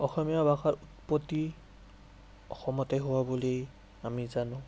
অসমীয়া ভাষাৰ উৎপত্তি অসমতেই হোৱা বুলি আমি জানো